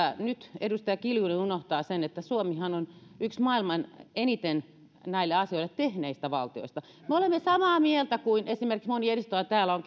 nyt edustaja kiljunen unohtaa sen että suomihan on yksi maailman eniten näille asioille tehneistä valtioista me olemme samaa mieltä siitä mistä esimerkiksi moni edustaja täällä on